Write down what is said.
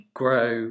grow